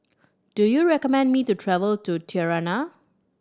do you recommend me to travel to Tirana